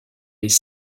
les